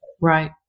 right